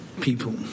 people